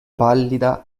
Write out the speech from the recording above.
pallida